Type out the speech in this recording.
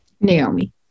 Naomi